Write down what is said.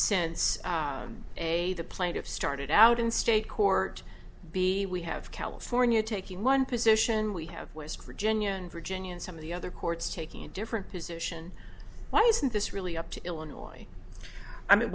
since a the plaintiff started out in state court b we have california taking one position we have west virginia and virginia and some of the other courts taking a different position why isn't this really up to illinois i mean